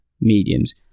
mediums